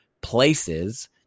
places